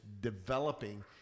developing